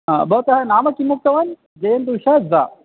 आ भवतः नाम किमुक्तवान् जयन्दुशः द